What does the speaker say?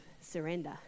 surrender